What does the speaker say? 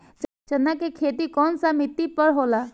चन्ना के खेती कौन सा मिट्टी पर होला?